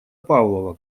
павлова